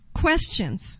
questions